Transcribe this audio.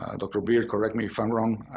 and dr. beard, correct me if i'm wrong,